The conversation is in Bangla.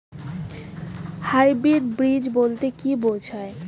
হাইব্রিড বীজ বলতে কী বোঝায়?